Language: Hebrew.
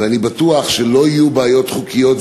ואני בטוח שלא יהיו בעיות חוקיות,